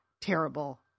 terrible